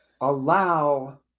allow